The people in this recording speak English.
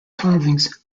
carvings